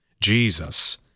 Jesus